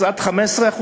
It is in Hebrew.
עד 15%,